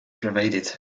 provided